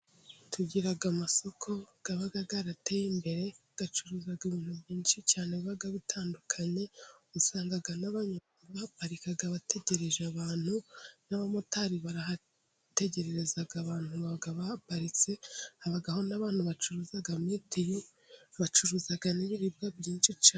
Tugira amasoko aba yarateye imbere acuruza ibintu byinshi cyane biba bitandukanye, usanga n'abantu bamwe bahaparika bategereje abantu n'abamotari barahategereza abantu baba baparitse, habaho n'abantu bacuruza mitiyi ,bacuruza n'ibiribwa byinshi cyane.